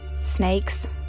Snakes